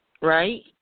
right